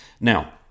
Now